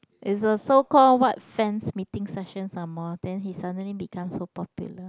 is a so call what fans meeting session some more then he suddenly become so popular